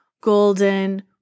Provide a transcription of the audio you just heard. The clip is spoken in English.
golden